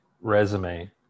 resume